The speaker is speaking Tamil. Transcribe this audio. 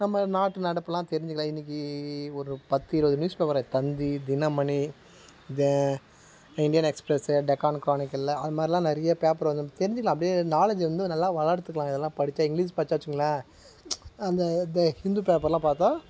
நம்ப நாட்டு நடப்பெலாம் தெரிஞ்சுக்கலாம் இன்றைக்கி ஒரு பத்து இருபது newspaper Thanthi Dinamani the Indian Express Deccan Chronicle அது மாதிரிலாம் நிறைய பேப்பர் வந்து நம் தெரிஞ்சுக்கலாம் அப்படியே நாலேஜை வந்து நல்லா வளர்த்துக்கலாம் இதெல்லாம் படித்தா இங்கிலீஷ் படிச்சாச்சுங்களேன் அந்த த ஹிந்து பேப்பரெலாம் பார்த்தா